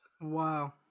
Wow